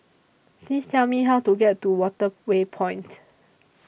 Please Tell Me How to get to Waterway Point